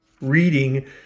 reading